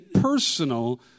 personal